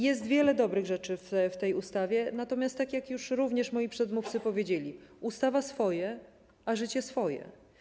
Jest wiele dobrych rzeczy w tej ustawie, natomiast, tak jak już również moi przedmówcy powiedzieli, ustawa swoje, a życie swoje.